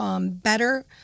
better